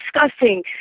disgusting